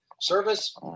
service